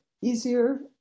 easier